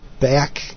back